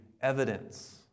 evidence